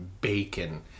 Bacon